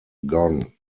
gone